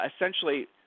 essentially